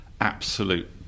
absolute